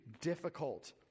difficult